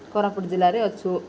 କୋରାପୁଟ ଜିଲ୍ଲାରେ ଅଛୁ